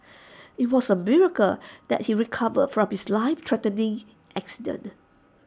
IT was A miracle that he recovered from his life threatening accident